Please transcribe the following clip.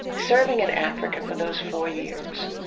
serving in africa for those four years,